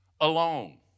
alone